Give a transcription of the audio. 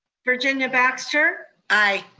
virginia baxter. aye.